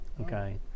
Okay